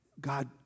God